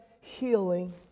healing